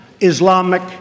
Islamic